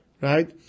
Right